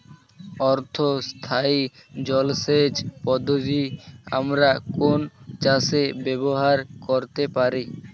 অর্ধ স্থায়ী জলসেচ পদ্ধতি আমরা কোন চাষে ব্যবহার করতে পারি?